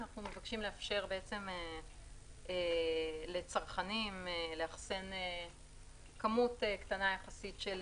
אנחנו מבקשים לאפשר לצרכנים לאחסן כמות קטנה יחסית של